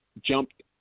jumped